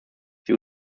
sie